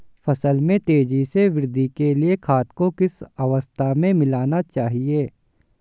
फसल में तेज़ी से वृद्धि के लिए खाद को किस अवस्था में मिलाना चाहिए?